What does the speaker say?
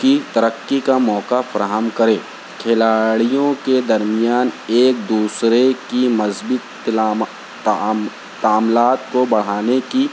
کی ترقی کا موقع فراہم کرے کھلاڑیوں کے درمیان ایک دوسرے کی مثبت تلامہ تام تاملات کو بڑھانے کی